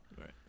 Right